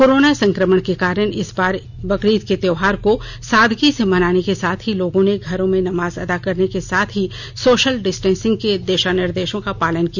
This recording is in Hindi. कोरोना संक्रमण के कारण इस बार बकरीद के त्योहार को सादगी से मनाने के साथ ही लोगों ने घरों में नमाज अदा करने के साथ ही सोशल डिस्टेसिंग के दिशा निर्देशों का पालन किया